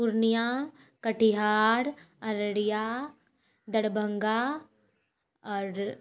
पूर्णियाँ कटिहार अररिया दरभङ्गा आओर